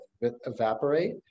evaporate